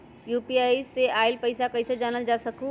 UPI से आईल पैसा कईसे जानल जा सकहु?